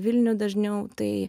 vilnių dažniau tai